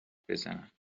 بزنند